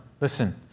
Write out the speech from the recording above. listen